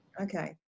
Okay